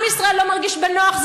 עם ישראל לא מרגיש בנוח.